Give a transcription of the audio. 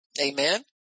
Amen